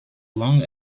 long